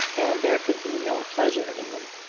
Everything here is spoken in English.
and there could be no pleasure in them.